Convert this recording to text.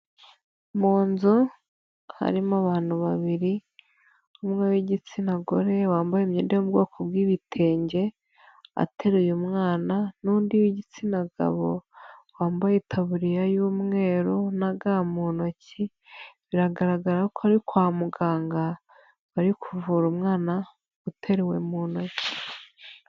Mu nzu harimo abantu babiri, umwe w'igitsina gore wambaye imyenda yo mu bwoko bw'ibitenge ateruye umwana n'undi w'igitsina gabo wambaye itaburiya y'umweru na ga mu ntoki. Biragaragara ko ari kwa muganga, bari kuvura umwana uterewe mu ntoki.